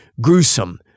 gruesome